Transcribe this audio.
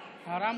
הרמקול.